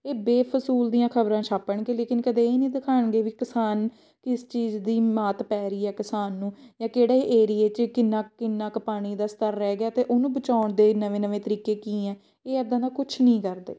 ਇਹ ਬੇਫਜ਼ੂਲ ਦੀਆਂ ਖਬਰਾਂ ਛਾਪਣਗੇ ਲੇਕਿਨ ਕਦੇ ਇਹ ਨਹੀਂ ਦਿਖਾਉਣਗੇ ਵੀ ਕਿਸਾਨ ਕਿਸ ਚੀਜ਼ ਦੀ ਮਾਤ ਪੈ ਰਹੀ ਆ ਕਿਸਾਨ ਨੂੰ ਜਾਂ ਕਿਹੜੇ ਏਰੀਏ 'ਚ ਕਿੰਨਾ ਕਿੰਨਾ ਕੁ ਪਾਣੀ ਦਾ ਸਤਰ ਰਹਿ ਗਿਆ ਅਤੇ ਉਹਨੂੰ ਬਚਾਉਣ ਦੇ ਨਵੇਂ ਨਵੇਂ ਤਰੀਕੇ ਕੀ ਹੈ ਇਹ ਇੱਦਾਂ ਦਾ ਕੁਛ ਨਹੀਂ ਕਰਦੇ